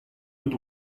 und